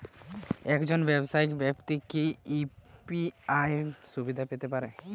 একজন ব্যাবসায়িক ব্যাক্তি কি ইউ.পি.আই সুবিধা পেতে পারে?